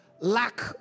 lack